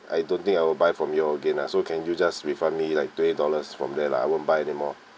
I don't think I will buy from you all again lah so can you just refund me like twenty dollars from there lah I won't buy anymore